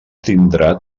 tindrà